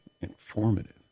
Informative